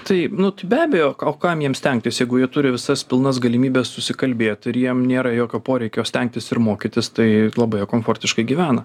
tai nu tai be abejo o kam jiems stengtis jeigu jie turi visas pilnas galimybes susikalbėt ir jiem nėra jokio poreikio stengtis ir mokytis tai labai jie komfortiškai gyvena